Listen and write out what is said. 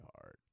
hard